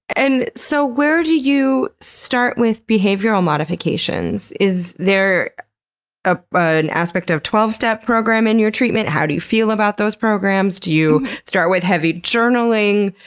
and so where do you start with behavioral modifications? is there ah but an aspect of twelve step program in your treatment? how do you feel about those programs? do you start with heavy journaling,